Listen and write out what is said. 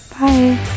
Bye